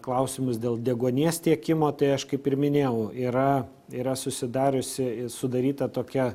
klausimus dėl deguonies tiekimo tai aš kaip ir minėjau yra yra susidariusi sudaryta tokia